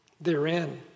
therein